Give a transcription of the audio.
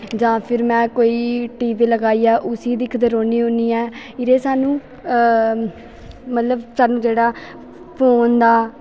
जां फिर में कोई टी बी लगाइयै उस्सी दिक्खदे रौह्न्नी होन्नी ऐं एह्दे च सानूं मतलब सानूं जेह्ड़ा फोन दा